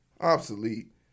Obsolete